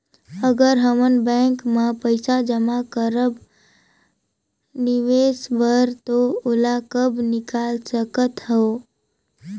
अगर हमन बैंक म पइसा जमा करब निवेश बर तो ओला कब निकाल सकत हो?